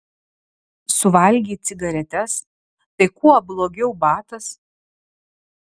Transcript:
suvalgei cigaretes tai kuo blogiau batas